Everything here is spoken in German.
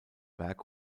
werk